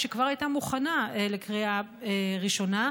כשכבר הייתה מוכנה לקריאה ראשונה,